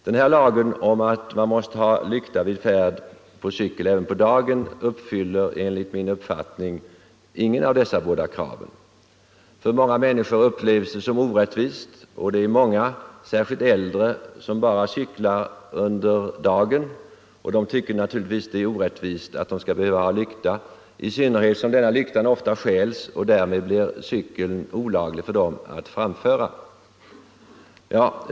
Den lagbestämmelse som säger att man måste ha lykta på cykel även vid färd under dagen uppfyller enligt min uppfattning inget av dessa båda krav. Många människor, särskilt äldre, cyklar bara på dagen, och de tycker naturligtvis att det är orättvist att de skall behöva ha lykta, i synnerhet som lyktan ofta stjäls och det därmed blir olagligt för dem att framföra cykeln.